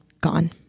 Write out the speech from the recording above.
gone